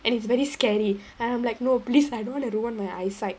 and it's very scary and I'm like no please I don't want to ruin my eyesight